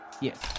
yes